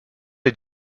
est